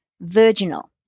virginal